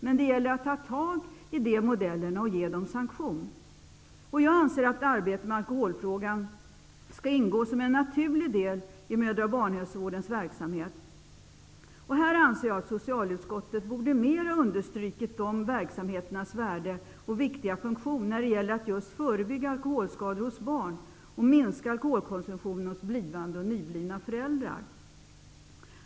Men det gäller att ta tag i de modellerna och ge dem sanktion. Jag anser att arbetet med alkoholfrågan skall ingå som en naturlig del i mödra och barnhälsovårdens verksamhet. Här anser jag att socialutskottet mer borde ha understrukit de verksamheternas värde och viktiga funktion när det gäller att just förebygga alkoholskador hos barn och minska alkoholkonsumtionen hos blivande och nyblivna föräldrar.